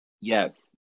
yes